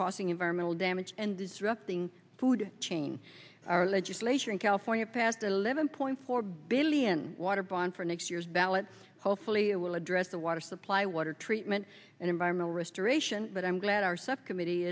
causing environmental damage and disrupting food chain our legislature in california passed the lemon point four billion water by for next year's ballot hopefully it will address the water supply water treatment and environmental restoration but i'm glad our subcommittee